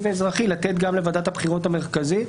ואזרחי לתת גם לוועדת הבחירות המרכזית.